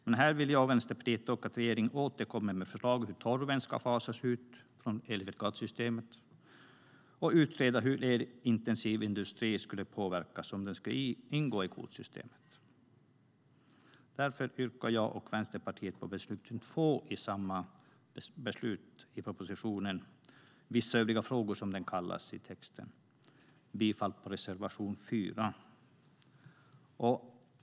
Men här vill jag och Vänsterpartiet att regeringen återkommer med förslag till hur torven ska fasas ut från elcertifikatssystemet och att man ska utreda hur den elintensiva industrin skulle påverkas om den skulle ingå i kvotsystemet. Därför yrkar jag och Vänsterpartiet bifall till beslutspunkt 2 i propositionen, vissa övriga frågor som den kallas för i texten. Därmed yrkar jag bifall till reservation 4.